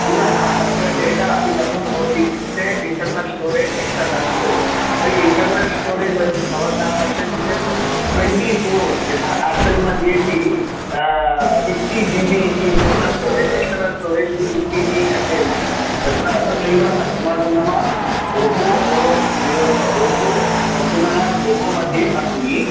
पुनः अत्र डेटा अपि कथं भवति इत्युक्ते इण्टेर्नल् स्टोरेज् एक्स्टेर्नल् स्टोरेज् तर्हि इण्टेर्नल् स्टोरेज् वयं भवन्तः पश्यन्ति चेत् ट्वेण्टि फोर् यथा आपल् मध्येपि फिप्टि जिबि इति इण्टेर्नल् स्टोरेज् एक्स्टर्नल् टुफिफ्टि इति कथयन्ति तत्र तथैव अस्माकं नाम ओप्पो आर् विवो ओप्पो पुनः विवो मध्ये अस्ति